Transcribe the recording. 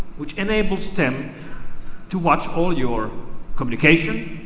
which enables them to watch all your communication,